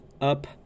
up